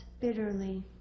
bitterly